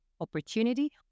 opportunity